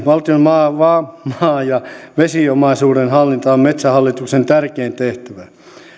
valtion maa ja vesiomaisuuden hallinta on metsähallituksen tärkein tehtävä